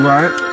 Right